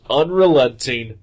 unrelenting